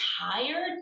tired